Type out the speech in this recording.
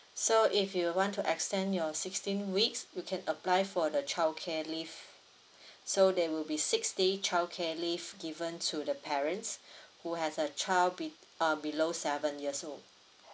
so if you want to extend your sixteen weeks you can apply for the childcare leave so there will be six day childcare leave given to the parents who has a child be~ uh below seven years old